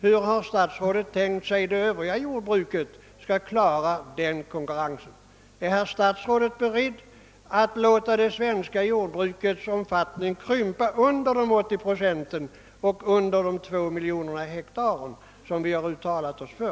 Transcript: Hur har statsrådet tänkt sig att de övriga delarna av vårt jordbruk skall klara denna konkurrens? Är herr statsrådet beredd att låta det svenska jordbrukets omfattning krympa under den 80-procentiga självförsörjningsgrad och de två miljoner hektar som vi tidigare uttalat oss för?